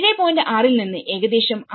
6 ൽ നിന്ന് ഏകദേശം 6